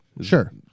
Sure